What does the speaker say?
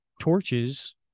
torches